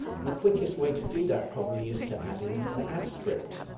and the quickest way to do that probably is to add in an add script.